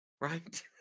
Right